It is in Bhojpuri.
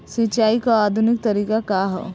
सिंचाई क आधुनिक तरीका का ह?